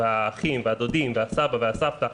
והאחים והדודים והסבא והסבתא,